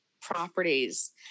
properties